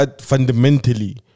fundamentally